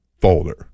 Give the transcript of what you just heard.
folder